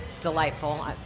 delightful